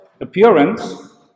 appearance